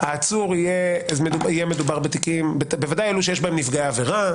יהיה מדובר בוודאי באלה שיש בהם נפגעי עבירה,